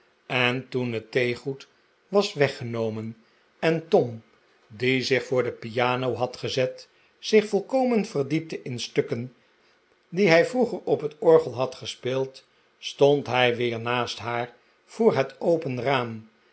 en toen het theegoed was weggenomen en tom die zich voor de piano had gezet zich volkomen verdiepte in stukken die hij vroeger op het orgel had gespeeld stond hij weer naast haar voor het open raam